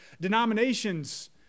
denominations